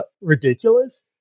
ridiculous